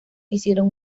hicieron